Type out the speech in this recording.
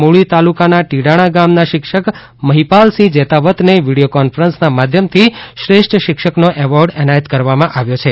મૂળી તાલુકાના ટીડાણા ગામના શિક્ષક મહિપાલસિંહ જેતાવતને વિડીયો કોન્ફરન્સના માધ્યમથી શ્રેષ્ઠ શિક્ષકનો એવોર્ડ એનાયત કરવામાં આવ્યો છે